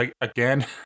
again